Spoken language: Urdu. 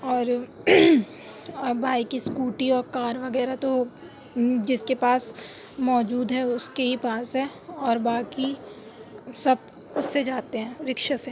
اور اور بائک اسکوٹی اور کار وغیرہ تو جس کے پاس موجود ہے اس کے ہی پاس ہے اور باقی سب اس سے جاتے ہیں رکشا سے